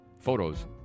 photos